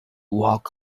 walk